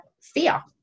fear